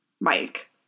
Mike